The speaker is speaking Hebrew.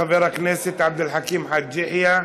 חבר הכנסת עבד אל חכים חאג' יחיא,